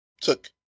took